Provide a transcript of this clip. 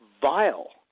vile